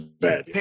bad